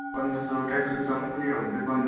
पन्ध्र सय ट्र्याकसुटसँगै लियो भने चाहिँ पन्ध्र सय